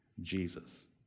Jesus